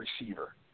receiver